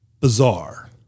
bizarre